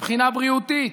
מבחינה בריאותית,